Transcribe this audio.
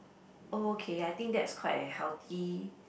oh okay I think that's quite a healthy